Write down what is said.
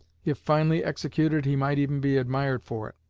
if finely executed, he might even be admired for it.